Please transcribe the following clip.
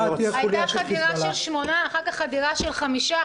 הייתה חדירה של שמונה, אחר-כך, חדירה של חמישה.